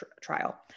trial